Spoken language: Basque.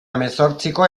hemezortziko